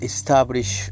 Establish